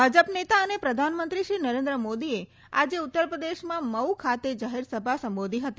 ભાજપ નેતા અને પ્રધાનમંત્રી શ્રી નરેન્દ્ર મોદીએ આજે ઉત્તરપ્રદેશમાં મઉ ખાતે જાહેરસભા સંબોધી હતી